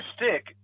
stick